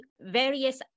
various